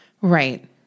Right